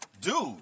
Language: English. dude